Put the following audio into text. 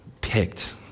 picked